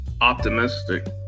optimistic